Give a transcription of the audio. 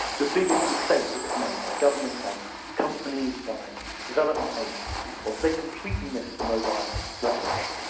the biggest mistake that was made by governments, by companies, by development agencies, was they completely missed the mobile revolution.